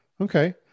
Okay